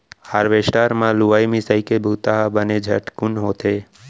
harvester म लुवई मिंसइ के बुंता ह बने झटकुन होथे